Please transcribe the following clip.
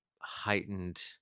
heightened